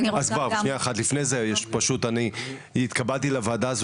אז חבל שלמדתי,